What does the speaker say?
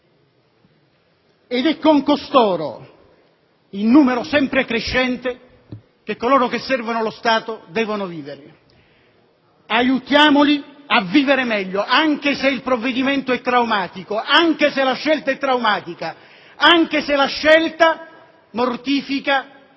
È con costoro - in numero sempre crescente - che coloro che servono lo Stato devono vivere. Aiutiamoli a vivere meglio, anche se il provvedimento è traumatico, anche se la scelta è traumatica, anche se la scelta mortifica attenzioni,